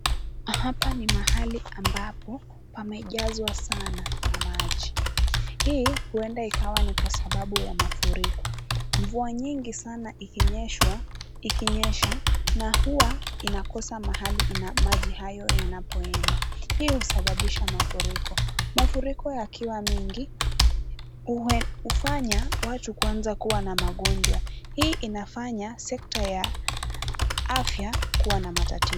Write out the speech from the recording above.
Hapa ni mahali ambapo pamejazwa sana na maji. Hii huenda ikawa ni kwa sababu ya mafuriko. Mvua nyingi sana ikinyesha, na huwa inakosa mahali maji hayo yanapoenda. Huu husababisha mafuriko. Mafuriko yakiwa mengi, hufanya watu kuanza kuwa na magonjwa. Hii inafanya sekta ya afya kuwa na matatizo.